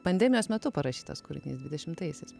pandemijos metu parašytas kūrinys dvidešimtaisiais